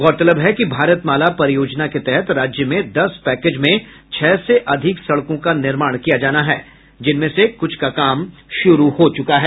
गौरतलब है कि भारतमाला परियोजना के तहत राज्य में दस पैकेज में छह से अधिक सड़कों का निर्माण किया जाना है जिनमें से कुछ का काम शुरू हो चुका है